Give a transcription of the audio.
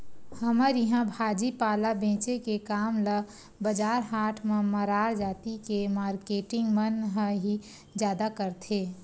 हमर इहाँ भाजी पाला बेंचे के काम ल बजार हाट म मरार जाति के मारकेटिंग मन ह ही जादा करथे